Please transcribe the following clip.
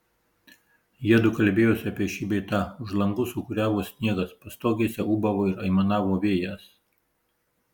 jiedu kalbėjosi apie šį bei tą už langų sūkuriavo sniegas pastogėse ūbavo ir aimanavo vėjas